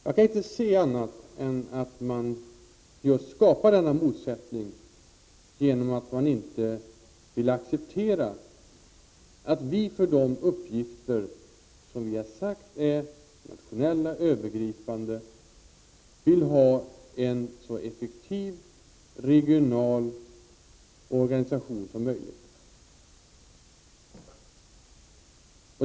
Jag kan inte se annat att man skapar denna motsättning genom att man inte vill acceptera att vi, för de uppgifter som vi har sagt är nationellt övergripande, vill ha en så effektiv regional organisation som möjligt.